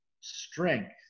strength